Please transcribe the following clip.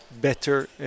better